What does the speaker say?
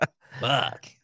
Fuck